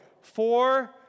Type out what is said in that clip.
Four